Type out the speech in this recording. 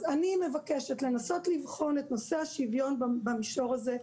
אז אני מבקשת לנסות לבחון את נושא השוויון במישור הזה,